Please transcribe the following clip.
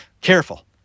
Careful